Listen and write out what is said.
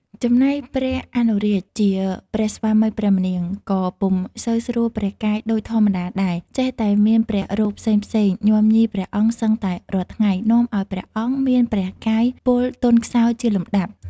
ចំណែកព្រះអនុរាជជាព្រះស្វាមីព្រះម្នាង ក៏ពុំសូវស្រួលព្រះកាយដូចធម្មតាដែរ ចេះតែមានព្រះរោគផ្សេងៗ ញាំញីព្រះអង្គសឹងតែរាល់ថ្ងៃ នាំឲ្យព្រះអង្គមានព្រះកាយពលទន់ខ្សោយជាលំដាប់ ។